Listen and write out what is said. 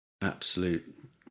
Absolute